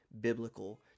biblical